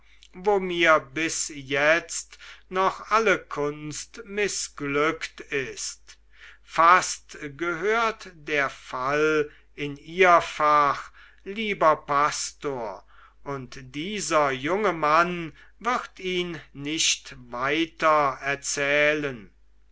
wo mir bis jetzt noch alle kunst mißglückt ist fast gehört der fall in ihr fach lieber pastor und dieser junge mann wird ihn nicht weitererzählen